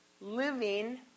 living